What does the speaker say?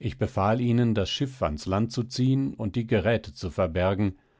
ich befahl ihnen das schiff ans land zu ziehen und die geräte zu verbergen